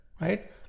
right